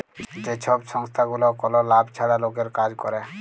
যে ছব সংস্থাগুলা কল লাভ ছাড়া লকের কাজ ক্যরে